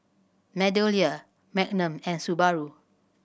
MeadowLea Magnum and Subaru